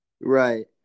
Right